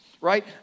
right